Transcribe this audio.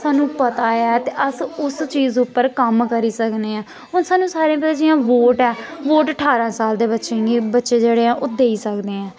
सानूं पता ऐ ते अस उस चीज उप्पर कम्म करी सकने आं हून सानूं सारें कोला जि'यां वोट ऐ वोट ठारां साल दे बच्चें गी बच्चे जेह्ड़े ऐ ओह् देई सकदे ऐ